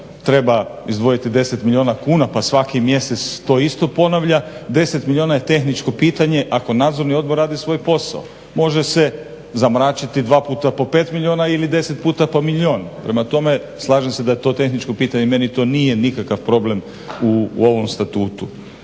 treba izdvojiti 10 milijuna kuna, pa svaki mjesec to isto ponavlja. 10 milijuna je tehničko pitanje ako Nadzorni odbor radi svoj posao. Može se zamračiti dva puta po pet milijuna ili 10 puta po milijon. Prema tome, slažem se da je to tehničko pitanje i meni to nije nikakav problem u ovom Statutu.